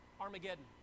Armageddon